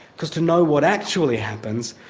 because to know what actually happens,